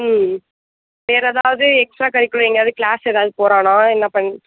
ம் வேறே எதாவது எக்ஸ்ட்ரா கரிகுலர் எங்கேயாவுது கிளாஸ் எதாவது போகிறானா இல்லை பன்